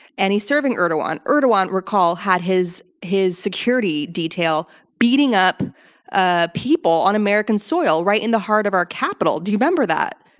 and he's serving erdogan. erdogan, recall, had his his security detail beating up ah people on american soil right in the heart of our capital. do you remember that?